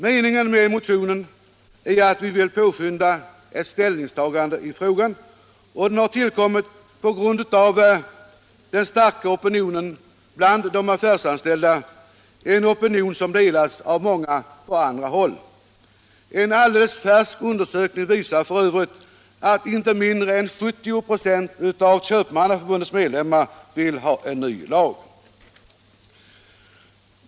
Meningen med motionen är att vi vill påskynda ett ställningstagande i frågan, och den har tillkommit på grund av den starka opinionen bland de affärsanställda — en opinion som är stark också på många andra håll. En alldeles färsk undersökning visar f. ö. att inte mindre än 70 96 av Köpmannaförbundets medlemmar vill ha en ny lag.